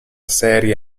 serie